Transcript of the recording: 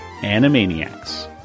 Animaniacs